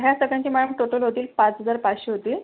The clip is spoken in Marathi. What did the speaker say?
ह्या सगळ्यांची मॅम टोटल होतील पाच हजार पाचशे होतील